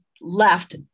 left